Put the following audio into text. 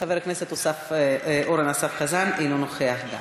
חבר הכנסת אורן אסף חזן, אינו נוכח.